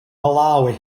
malawi